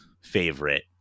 favorite